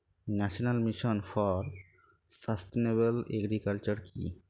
National mission for sustainable agriculture কি?